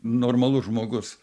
normalus žmogus